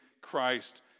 Christ